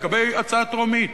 זה לגבי הצעה טרומית,